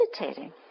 meditating